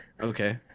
Okay